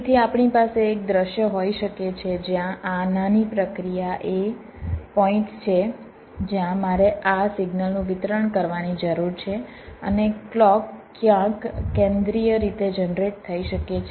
તેથી આપણી પાસે એક દૃશ્ય હોઈ શકે છે કે જ્યાં આ નાની પ્રક્રિયા એ પોઈન્ટ્સ છે જ્યાં મારે આ સિગ્નલનું વિતરણ કરવાની જરૂર છે અને ક્લૉક ક્યાંક કેન્દ્રિય રીતે જનરેટ થઈ શકે છે